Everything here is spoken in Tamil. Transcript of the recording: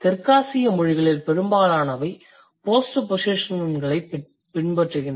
தெற்காசிய மொழிகளில் பெரும்பாலானவை போஸ்ட்போசிஷன்களைப் பின்பற்றுகின்றன